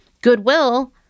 Goodwill